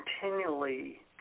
continually